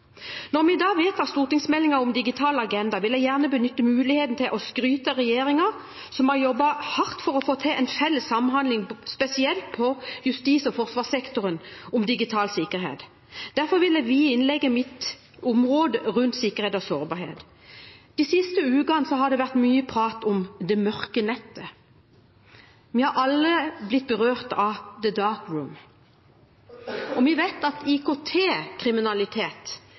Når vi i dag behandler stortingsmeldingen om «Digital agenda», vil jeg gjerne benytte muligheten til å skryte av regjeringen, som har jobbet hardt for å få til en felles samhandling spesielt innen justis- og forsvarssektoren om digital sikkerhet. Derfor vil jeg vie innlegget mitt området rundt sikkerhet og sårbarhet. De siste ukene har det vært mye prat om «Det mørke nettet». Vi har alle blitt berørt av «Dark Room». Vi vet at